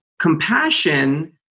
Compassion